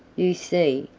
you see,